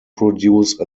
produce